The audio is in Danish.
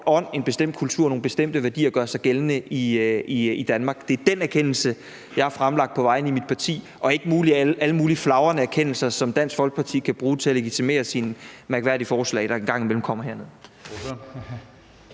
en bestemt kultur og nogle bestemte værdier gør sig gældende i Danmark. Det er den erkendelse, jeg har fremlagt på vegne af mit parti, og ikke alle mulige flagrende erkendelser, som Dansk Folkeparti kan bruge til at legitimere sine mærkværdige forslag, der engang imellem kommer hernede.